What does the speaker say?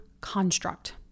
construct